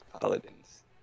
Paladins